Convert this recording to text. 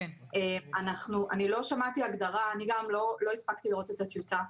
אני גם לא הספקתי לראות את הטיוטה,